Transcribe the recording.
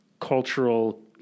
cultural